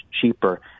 cheaper